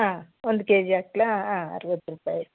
ಹಾಂ ಒಂದು ಕೆಜಿ ಹಾಕ್ಲಾ ಹಾಂ ಅರ್ವತ್ತು ರೂಪಾಯಿ